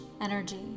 energy